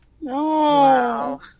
No